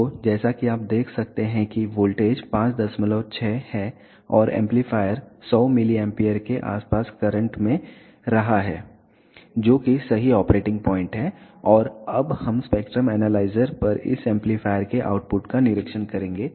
तो जैसा कि आप देख सकते हैं कि वोल्टेज 56 है और एम्पलीफायर 100 mA के आसपास करंट में रहा है जो कि सही ऑपरेटिंग पॉइंट है और अब हम स्पेक्ट्रम एनालाइजर पर इस एम्पलीफायर के आउटपुट का निरीक्षण करेंगे